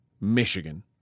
Michigan